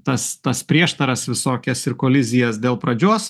tas tas prieštaras visokias ir kolizijas dėl pradžios